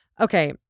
Okay